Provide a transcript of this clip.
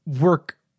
work